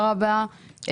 עראבה,